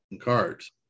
cards